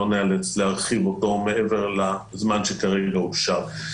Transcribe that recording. ניאלץ להרחיב אותו מעבר לזמן שכרגע אושר.